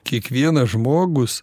kiekvienas žmogus